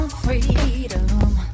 freedom